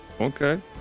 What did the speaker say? okay